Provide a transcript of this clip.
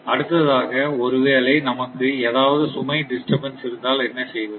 அடுத்ததாக ஒரு வேளை நமக்கு ஏதாவது சுமை டிஸ்டர்பன்ஸ் இருந்தால் என்ன செய்வது